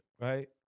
right